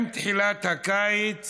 עם תחילת הקיץ